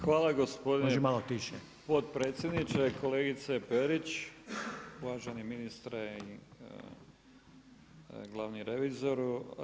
Hvala gospodine potpredsjedniče, kolegice Perić, uvaženi ministre i glavni revizoru.